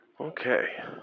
Okay